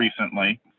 recently